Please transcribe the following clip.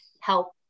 help